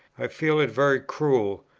i feel it very cruel,